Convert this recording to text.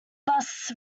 bus